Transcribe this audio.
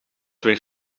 weer